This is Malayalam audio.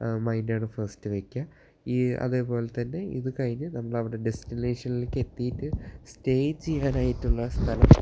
മൈന്ഡാണ് ഫസ്റ്റ് വയ്ക്കുക ഈ അതേ പോലെ തന്നെ ഇതു കഴിഞ്ഞു നമ്മൾ അവിടെ ഡെസ്റ്റിനേഷനിലേക്ക് സ്റ്റേ ചെയ്യാനായിട്ടുള്ള സ്ഥലം